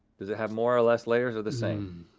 does it have more or less layers or the same?